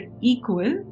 equal